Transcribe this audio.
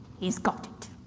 he's got it.